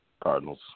Cardinals